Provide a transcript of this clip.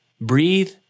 breathe